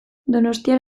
donostian